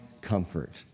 comfort